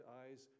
eyes